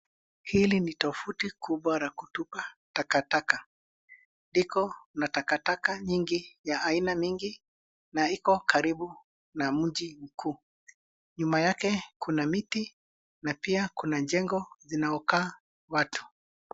Hili ni tofuti kubwa la kutupa taka taka liko na taka taka nyingi ya aina mingi na iko karibu na mji mkuu nyuma yake kuna miti na pia kuna jengo zinaokaa watu.